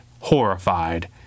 horrified